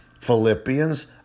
Philippians